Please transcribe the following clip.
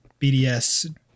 BDS